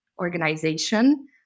organization